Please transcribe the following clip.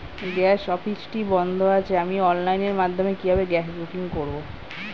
Gas অফিসটি বন্ধ আছে আমি অনলাইনের মাধ্যমে কিভাবে গ্যাস বুকিং করব?